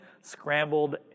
scrambled